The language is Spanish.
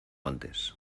antes